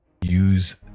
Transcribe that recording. Use